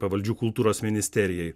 pavaldžių kultūros ministerijai